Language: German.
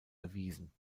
erwiesen